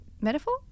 metaphor